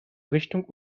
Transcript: richtung